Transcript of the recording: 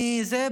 אני זה,